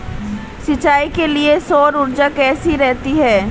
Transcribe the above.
सिंचाई के लिए सौर ऊर्जा कैसी रहती है?